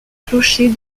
clocher